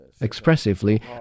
Expressively